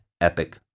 epic